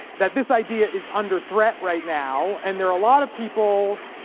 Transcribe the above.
that this idea is under threat right now and there are a lot of people